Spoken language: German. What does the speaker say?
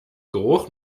geruch